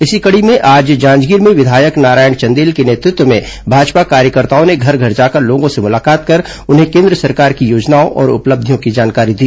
इसी कड़ी में आज जांजगीर में विधायक नारायण चंदेल के नेतृत्व में भाजपा कार्यकर्ताओं ने घर घर जाकर लोगों से मुलाकात कर उन्हें केन्द्र सरकार की योजनाओं और उपलब्धियों की जानकारी दी